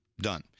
Done